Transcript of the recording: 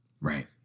Right